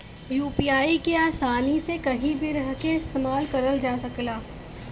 UPI के आसानी से कहीं भी रहके इस्तेमाल करल जा सकला